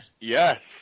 Yes